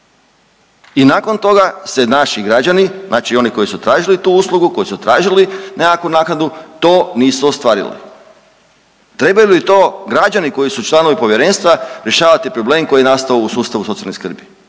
i nakon toga se naši građani, znači oni koji su tražili tu uslugu, koji su tražili nekakvu naknadu to nisu ostvarili. Trebaju li to građani koji su članovi povjerenstva rješavati problem koji je nastao u sustavu socijalne skrbi